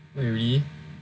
really